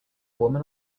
woman